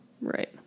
Right